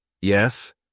Yes